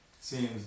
Seems